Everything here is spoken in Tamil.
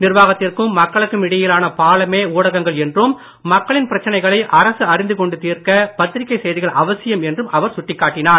நிர்வாகத்திற்கும் மக்களுக்கும் இடையிலான பாலமே ஊடகங்கள் என்றும் மக்களின் பிரச்சனைகளை அரசு அறிந்து கொண்டு தீர்க்க பத்திரிக்கை செய்திகள் அவசியம் என்றும் அவர் சுட்டிக்காட்டினார்